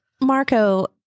marco